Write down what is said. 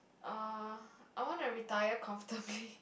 uh I wanna retire comfortably